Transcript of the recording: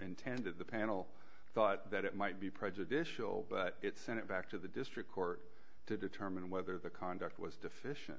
intended the panel thought that it might be prejudicial but it sent it back to the district court to determine whether the conduct was deficient